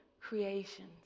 creations